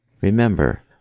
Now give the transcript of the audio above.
Remember